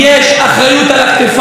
יש אחריות על הכתפיים.